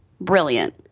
brilliant